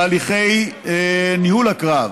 תהליכי ניהול הקרב.